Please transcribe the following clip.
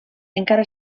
encara